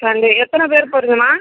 Sunday எத்தனை பேர் போறீங்கமா